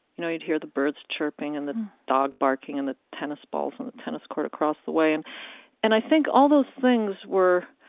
you know you'd hear the birds chirping and the dog barking and the tennis balls on the tennis court across the way. and and i think all those things were,